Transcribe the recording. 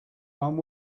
one